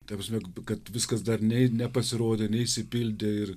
ta prasme kad viskas dar ne nepasirodė neišsipildė ir